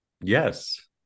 yes